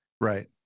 Right